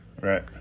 Right